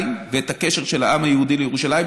ואת הקשר של העם היהודי לירושלים,